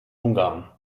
ungarn